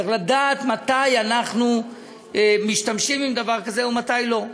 צריך לדעת מתי אנחנו משתמשים בדבר כזה ומתי לא.